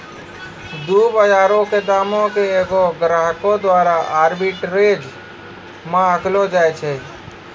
दु बजारो के दामो के एगो ग्राहको द्वारा आर्बिट्रेज मे आंकलो जाय छै